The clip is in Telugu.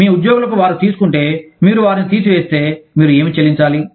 మీ ఉద్యోగులకు వారు తీసుకుంటే మీరు వారిని తీసివేస్తే మీరు ఏమి చెల్లించాలి